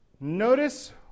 Notice